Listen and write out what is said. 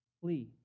Flee